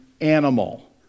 animal